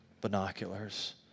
binoculars